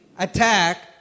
Attack